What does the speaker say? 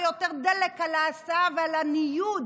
ויותר דלק על ההסעה ועל הניוד